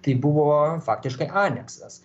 tai buvo faktiškai aneksas